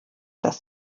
dass